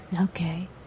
Okay